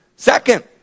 Second